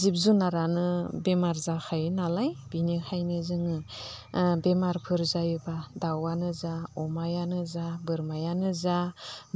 जिब जुनारानो बेमार जाखायोनालाय बिनिखायनो जोङो बेमारफोर जायोब्ला दाउआनो जा अमायानो जा बोरमायानो जा